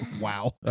Wow